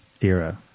era